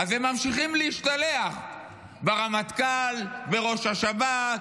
אז הם ממשיכים להשתלח ברמטכ"ל, בראש השב"כ,